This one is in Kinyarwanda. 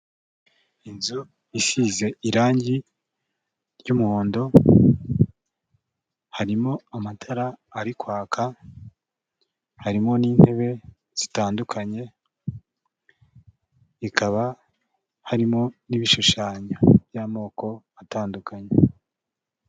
Inzu isize irangi ry'umuhondo, harimo amatara ari kwaka, harimo n'intebe zitandukanye, ikaba harimo n'ibishushanyo by'amoko atandukanye.